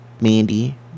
Mandy